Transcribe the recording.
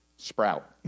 Sprout